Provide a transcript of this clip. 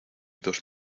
dos